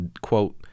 quote